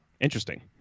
Interesting